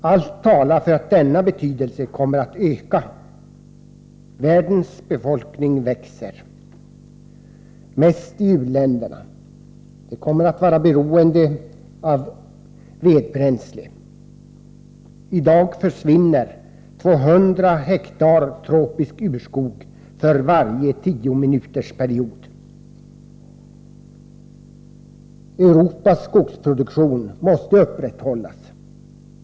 Allt talar för att denna betydelse kommer att öka. Världens befolkning växer, mest befolkningen i u-länderna. Dessa människor kommer att vara beroende av vedbränsle. I dag försvinner 200 hektar tropisk urskog för varje tiominutersperiod. Europas skogsproduktion måste upprätthållas.